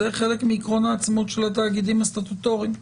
זה חלק מעקרון העצמאות של התאגידים הסטטוטוריים.